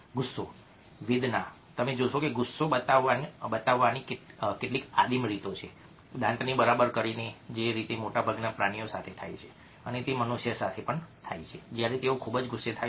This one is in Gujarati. ગુસ્સો વેદના તમે જોશો કે ગુસ્સો બતાવવાની કેટલીક આદિમ રીતો છે દાંતને બરબાદ કરીને જે મોટાભાગના પ્રાણીઓ સાથે થાય છે અને તે મનુષ્ય સાથે પણ થાય છે જ્યારે તેઓ ખૂબ ગુસ્સે થાય છે